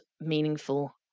meaningful